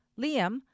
Liam